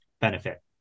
benefit